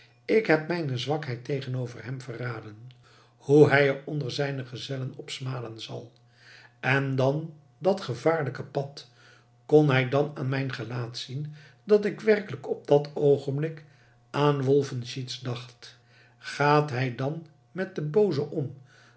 ik heb mijne zwakheid tegenover hem verraden hoe hij er onder zijne gezellen op smalen zal en dan dat gevaarlijke pad kon hij dan aan mijn gelaat zien dat ik werkelijk op dat oogenblik aan wolfenschiez dacht gaat hij dan met den booze om